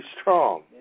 strong